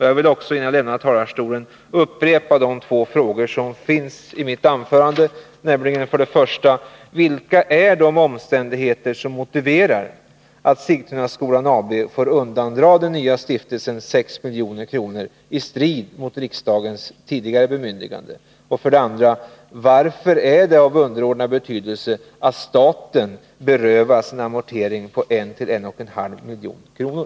Jag vill också innan jag lämnar talarstolen upprepa de två frågor som jag ställt i mitt anförande: 1. Vilka är de omständigheter som motiverar att Sigtunaskolans AB får undandra den nya stiftelsen 6 milj.kr. i strid med riksdagens tidigare bemyndigande? 2. Varför är det av underordnad betydelse att staten berövas en amortering på 1-1 1/2 milj.kr.?